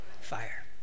Fire